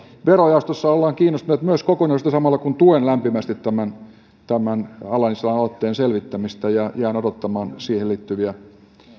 verojaostossa ollaan kiinnostuneita myös kokonaisuudesta samalla kun tuen lämpimästi tämän tämän ala nissilän aloitteen selvittämistä ja jään odottamaan siihen liittyviä